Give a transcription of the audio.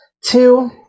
Two